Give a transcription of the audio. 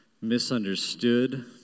misunderstood